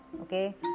okay